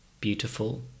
beautiful